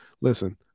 listen